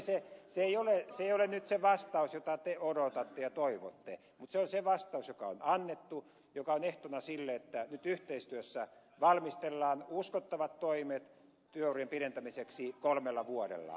se ei ole nyt se vastaus jota te odotatte ja toivotte mutta se on se vastaus joka on annettu ja joka on ehtona sille että nyt yhteistyössä valmistellaan uskottavat toimet työurien pidentämiseksi kolmella vuodella